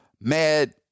Mad